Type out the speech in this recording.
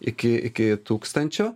iki iki tūkstančio